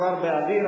כבר באוויר,